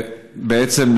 בעצם,